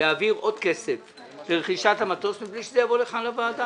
להעביר עוד כסף לרכישת המטוס מבלי שזה יבוא לכאן לוועדה.